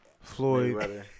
Floyd